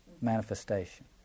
manifestation